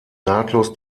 nahtlos